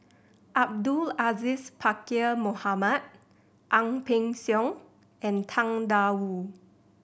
Abdul Aziz Pakkeer Mohamed Ang Peng Siong and Tang Da Wu